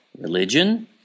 religion